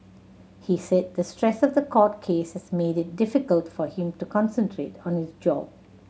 he said the stress of the court case has made it difficult for him to concentrate on his job